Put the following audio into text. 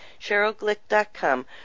CherylGlick.com